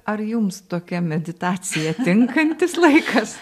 ar jums tokia meditacija tinkantis laikas